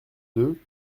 deux